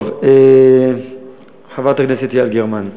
טוב, חברת הכנסת יעל גרמן,